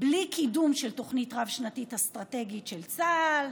בלי קידום של תוכנית רב-שנתית אסטרטגית של צה"ל,